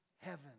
heaven